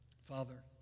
Father